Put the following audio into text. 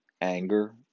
anger